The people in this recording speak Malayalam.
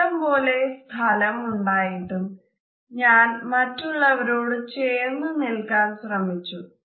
ഇഷ്ടം പോലെ സ്ഥലം ഉണ്ടായിട്ടും ഞാൻ മറ്റുള്ളവരോട് വളരെ ചേർന്ന് നില്ക്കാൻ ശ്രമിച്ചു